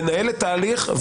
לנהל את ההליך,